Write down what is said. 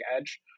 edge